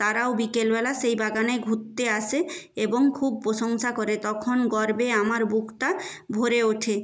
তারাও বিকেলবেলা সেই বাগানে ঘুরতে আসে এবং খুব প্রশংসা করে তখন গর্বে আমার বুকটা ভরে ওঠে